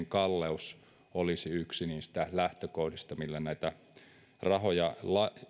kalleus olisi yksi niistä lähtökohdista millä näitä rahoja